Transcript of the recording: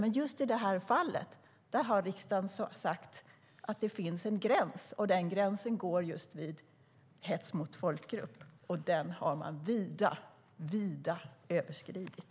Men just i det här fallet har riksdagen sagt att det finns en gräns, och den gränsen går just vid hets mot folkgrupp. Den har man vida överskridit.